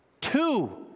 Two